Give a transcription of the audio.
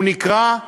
הוא נקרא: